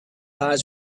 eyes